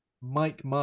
Mike